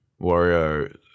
Wario